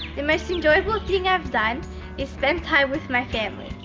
the most enjoyable thing i've done is spend time with my family.